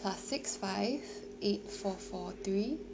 plus six five eight four four three